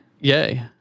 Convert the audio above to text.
Yay